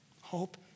Hope